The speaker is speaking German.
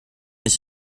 ich